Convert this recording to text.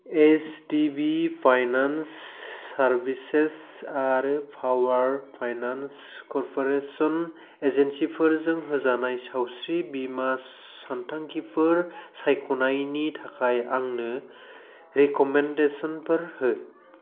H D B finance services आरो power finance corporation एजेन्सिफोरजों होजानाय सावस्रि बीमा सानथांखिफोर सायख'नायनि थाखाय आंनो रेक'मेन्डेसनफोर हो